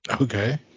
Okay